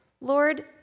Lord